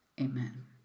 amen